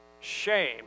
Shame